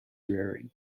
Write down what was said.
rearing